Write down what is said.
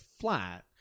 flat